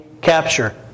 capture